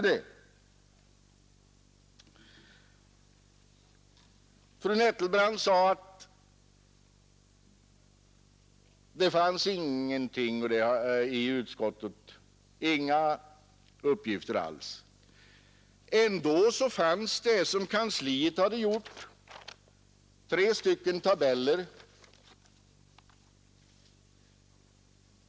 Av fru Nettelbrandts anförande kunde man få intrycket att det inte fanns några uppgifter alls tillgängliga i utskottet, men kansliet hade gjort upp tre tabeller.